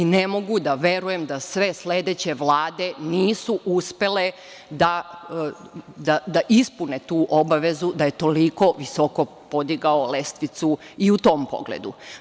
Ne mogu da verujem da sve sledeće vlade nisu uspele da ispune tu obavezu, da je toliko visoko podigao lestvicu i u tom pogledu.